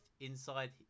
inside